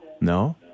No